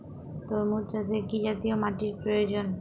তরমুজ চাষে কি জাতীয় মাটির প্রয়োজন?